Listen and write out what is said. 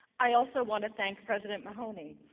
i also want to thank president mahoney,